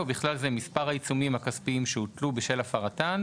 ובכלל זה מספר העיצומים הכספיים שהוטלו בשל הפרתן,